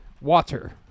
Water